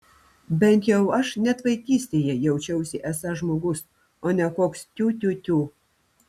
bent jau aš net vaikystėje jaučiausi esąs žmogus o ne koks tiu tiu tiu